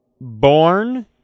born